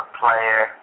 player